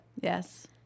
Yes